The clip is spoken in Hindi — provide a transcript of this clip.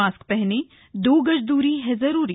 मास्क पहनें दो गज दूरी है जरूरी